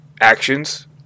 actions